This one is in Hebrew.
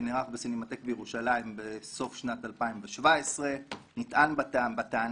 שנערך בסינמטק בירושלים בסוף שנת 2017. נטען בטענה,